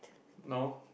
no